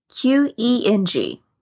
Q-E-N-G